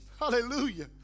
Hallelujah